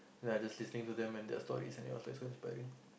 then I just listening to them and their stories and it was like so inspiring